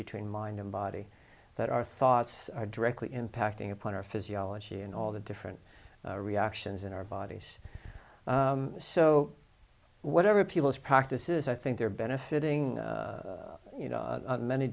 between mind and body that our thoughts are directly impacting upon our physiology and all the different reactions in our bodies so whatever people's practice is i think they're benefiting you know many